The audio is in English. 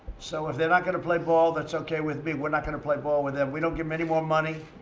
so if they're not going to play ball, that's okay with me. we're not going to play ball with them. we don't give them any more money.